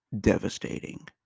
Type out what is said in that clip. devastating